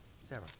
Sarah